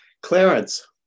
Clarence